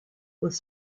with